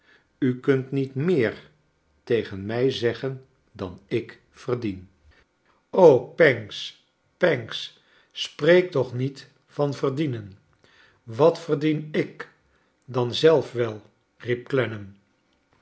u kunt niet meer tegen mij zeggen dan ik verdien pancks pancks spreek toch niet van verdienenl wat verdien ik dan zelf wel